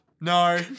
No